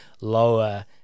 lower